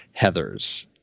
Heathers